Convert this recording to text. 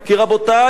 רבותי,